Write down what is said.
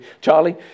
Charlie